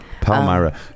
Palmyra